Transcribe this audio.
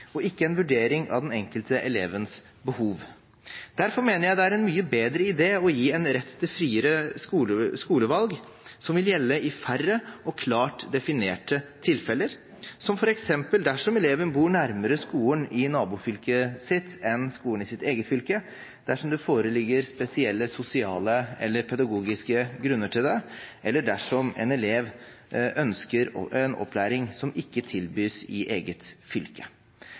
og ikke en vurdering av den enkelte elevens behov. Derfor mener jeg det er en mye bedre idé å gi en rett til friere skolevalg, som vil gjelde i færre og klart definerte tilfeller, som f.eks. dersom eleven bor nærmere skolen i nabofylket sitt enn skolen i sitt eget fylke, dersom det foreligger spesielle sosiale eller pedagogiske grunner til det, eller dersom en elev ønsker en opplæring som ikke tilbys i eget fylke.